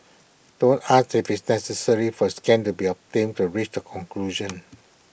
don't ask if it's necessary for scan to be obtained for reach the conclusion